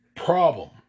problem